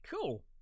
cool